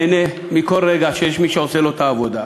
נהנה מכל רגע שיש מי שעושה להם את העבודה,